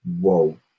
whoa